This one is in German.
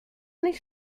nicht